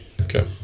okay